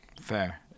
Fair